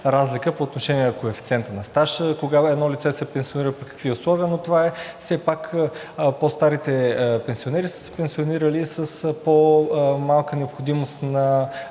разлика по отношение на коефициента на стаж – кога едно лице се пенсионира и при какви условия, но все пак по-старите пенсионери са се пенсионирали при по-малка необходимост на